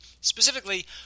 Specifically